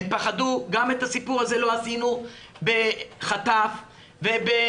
הם פחדו, גם את הסיפור הזה לא עשינו בחטף ובהסתר,